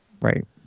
Right